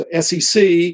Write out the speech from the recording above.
SEC